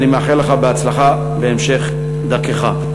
ואני מאחל לך הצלחה בהמשך דרכך.